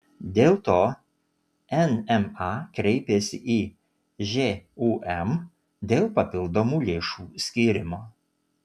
dėl to nma kreipėsi į žūm dėl papildomų lėšų skyrimo